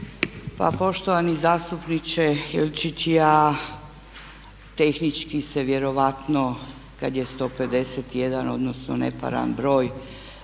Pa poštovani zastupniče Ilčić, tehnički se vjerojatno kada je 151, odnosno neparan broj